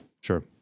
Sure